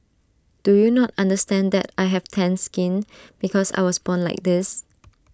do you not understand that I have tanned skin because I was born like this